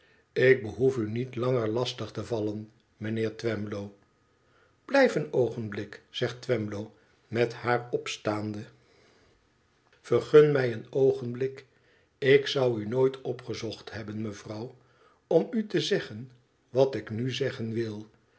ik behoef u niet langer lastig te vallen mijnheer twemlow blijf een oogenblik zegt twemlow met haar opstaande vergun mij een oogenblik ik zou u nooit opgezocht hebben mevrouw om u te zeggen wat ik nu zeggen wil